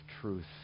truth